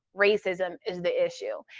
racism is the issue.